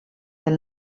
del